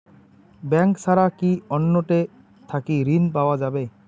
Bank ছাড়া কি অন্য টে থাকি ঋণ পাওয়া যাবে?